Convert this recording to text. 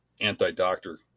anti-doctor